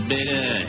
Better